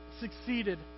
succeeded